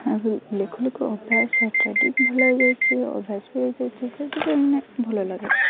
ଆଉ ଲେଖୁ ଲେଖୁ ଅଭ୍ୟାସ ଭଲ ହୋଇଯାଇଛି ଅଭ୍ୟାସ ବି ହୋଇଯାଇଛି ସେଇଥିପାଇଁ ଭଲ ଲାଗେ